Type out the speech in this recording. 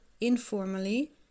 informally